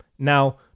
Now